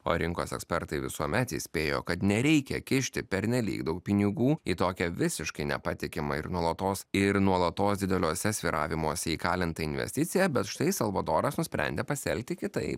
o rinkos ekspertai visuomet įspėjo kad nereikia kišti pernelyg daug pinigų į tokią visiškai nepatikimą ir nuolatos ir nuolatos dideliuose svyravimuose įkalintą investiciją bet štai salvadoras nusprendė pasielgti kitaip